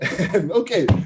Okay